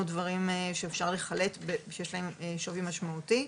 דברים שאפשר לחלט שיש להם שווי משמעותי.